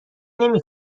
نمی